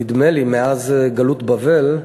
נדמה לי, מאז גלות בבל,